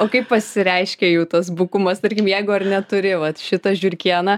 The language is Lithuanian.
o kaip pasireiškia jų tas bukumas tarkim jeigu ar ne turi vat šitą žiurkėną